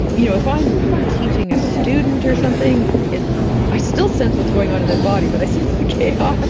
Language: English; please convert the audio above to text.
you know if i'm if i'm teaching a student or something, i still sense what's going on in their body, but i sense the chaos.